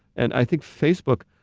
and i think facebook,